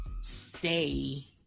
stay